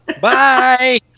Bye